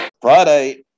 Friday